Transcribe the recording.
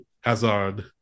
Hazard